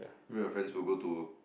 your friends will go to